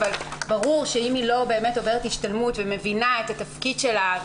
אבל ברור שאם היא לא באמת עוברת השתלמות ומבינה את התפקיד שלה,